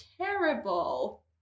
terrible